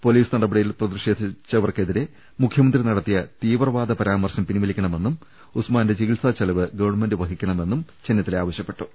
പൊലീ സ് നടപടിയിൽ പ്രതിഷേധിച്ചവർക്കെതിരെ മുഖ്യമന്ത്രി നട ത്തിയ തീവ്രവാദ പരാമർശം പിൻവലിക്കണമെന്നും ഉസ്മാന്റെ ചികിത്സാ ചെലവ് ഗവൺമെന്റ് വഹിക്കണ മെന്നും ചെന്നിത്തല ആവശ്യപ്പെട്ടു